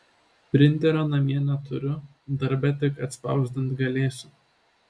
printerio namie neturiu darbe tik atspausdint galėsiu